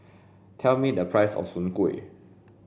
tell me the price of soon kuih